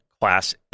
class